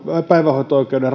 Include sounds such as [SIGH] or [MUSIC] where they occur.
päivähoito oikeuden [UNINTELLIGIBLE]